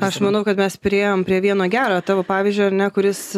aš manau kad mes priėjom prie vieno gero tavo pavyzdžio ar ne kuris